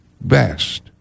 best